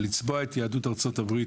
אבל לצבוע את יהדות ארצות-הברית,